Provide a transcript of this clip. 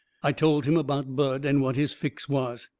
i told him about bud, and what his fix was.